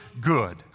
good